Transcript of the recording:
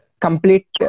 complete